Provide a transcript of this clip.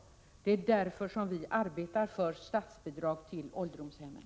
Det är därför vi arbetar för statsbidrag till ålderdomshemmen.